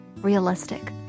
realistic